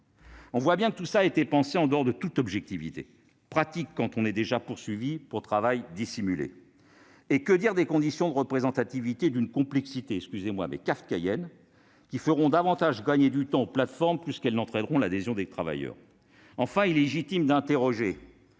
On voit bien que cela a été pensé en dehors de toute objectivité. C'est pratique, quand on est déjà poursuivi pour travail dissimulé ... Et que dire des conditions de représentativité, d'une complexité kafkaïenne, qui feront gagner du temps aux plateformes plus qu'elles n'entraîneront l'adhésion des travailleurs ? Enfin, il est légitime d'interroger